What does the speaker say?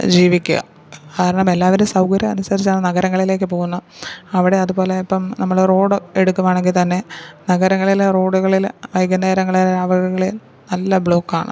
ജീവിക്കുക കാരണം എല്ലാവരും സൗകര്യം അനുസരിച്ചാണ് നഗരങ്ങളിലേയ്ക്കു പോകുന്നത് അവിടെ അതുപോലെ ഇപ്പം നമ്മൾ റോഡ് എടുക്കുകയാണെങ്കില് തന്നെ നഗരങ്ങളിലെ റോഡുകളിൽ വൈകുന്നേരങ്ങളെ ആ വേളയില് നല്ല ബ്ലോക്കാണ്